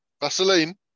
Vaseline